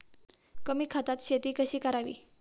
कमी खतात शेती कशी करावी?